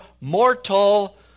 mortal